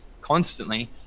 constantly